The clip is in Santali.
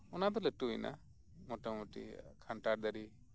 ᱚᱱᱟ ᱫᱚ ᱞᱟᱴᱩᱭ ᱱᱟ ᱢᱚᱴᱟ ᱢᱩᱴᱤ ᱠᱷᱟᱱᱴᱟᱲ ᱫᱟᱨᱮ